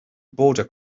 border